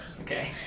Okay